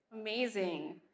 amazing